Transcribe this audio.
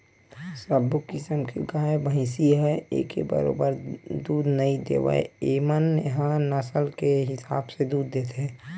सब्बो किसम के गाय, भइसी ह एके बरोबर दूद नइ देवय एमन ह नसल के हिसाब ले दूद देथे